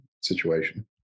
situation